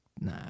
Nah